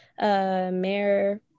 mayor